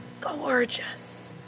gorgeous